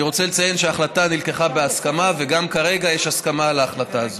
אני רוצה לציין שההחלטה היא בהסכמה וגם כרגע יש הסכמה על ההחלטה הזו,